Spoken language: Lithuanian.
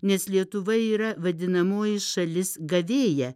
nes lietuva yra vadinamoji šalis gavėja